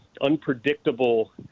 unpredictable